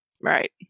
Right